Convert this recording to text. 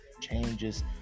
changes